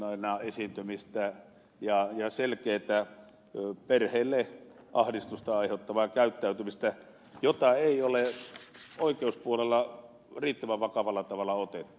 naamioituneena esiintymistä ja selkeätä perheelle ahdistusta aiheuttavaa käyttäytymistä jota ei ole oikeuspuolella riittävän vakavalla tavalla otettu